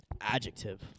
Adjective